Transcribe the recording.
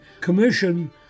commission